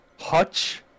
Hutch